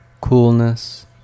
coolness